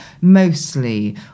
mostly